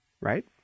Right